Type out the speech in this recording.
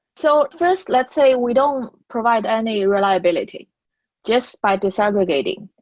so first, let's say we don't provide any reliability just by disaggregating.